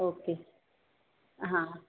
okay हां